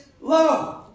love